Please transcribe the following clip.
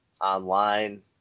online